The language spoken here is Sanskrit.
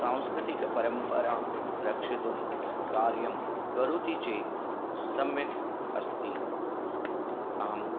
सांस्कृतिकपरम्परां रक्षितुं कार्यं करोति चेत् सम्यक् अस्ति अहं